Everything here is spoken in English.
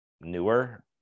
newer